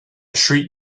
street